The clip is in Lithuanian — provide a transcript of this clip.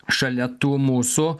šalia tų mūsų